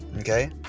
okay